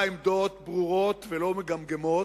עמדות ברורות ולא מגמגמות,